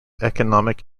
economic